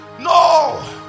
No